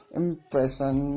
impression